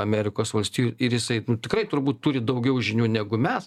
amerikos valstijų ir jisai tikrai turbūt turi daugiau žinių negu mes